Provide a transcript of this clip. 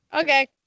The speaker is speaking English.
okay